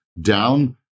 down